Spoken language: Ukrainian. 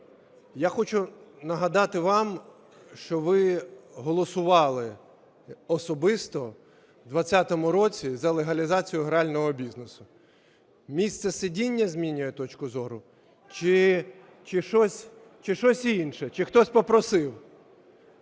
Я хочу нагадати вам, що ви голосували особисто в 20-му році за легалізацію грального бізнесу. Місце сидіння змінює точку зору чи щось інше,